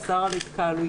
אסר על התקהלויות.